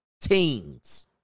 teens